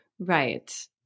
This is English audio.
Right